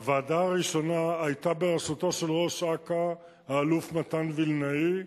הוועדה הראשונה היתה בראשותו של ראש אכ"א האלוף מתן וילנאי,